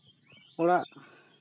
ᱚᱲᱟᱜ